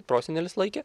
prosenelis laikė